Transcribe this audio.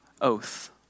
oath